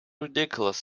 ridiculous